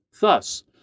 Thus